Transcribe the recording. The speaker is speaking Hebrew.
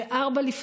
ב-04:00,